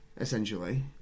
essentially